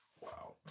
Wow